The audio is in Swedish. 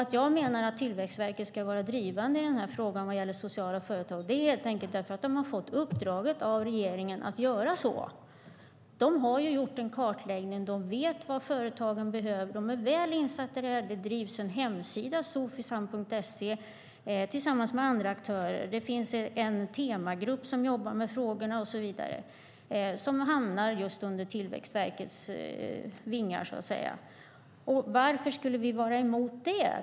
Att jag menar att Tillväxtverket ska vara drivande vad gäller sociala företag är helt enkelt därför att de har fått i uppdrag av regeringen att göra så. De har gjort en kartläggning. De vet vad företagen behöver. De är väl insatta i det här. Det drivs en hemsida, www.sofisam.se, tillsammans med andra aktörer. Det finns en temagrupp som jobbar med frågorna och så vidare som hamnar just under Tillväxtverkets vingar. Varför skulle vi vara emot det?